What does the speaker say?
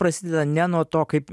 prasideda ne nuo to kaip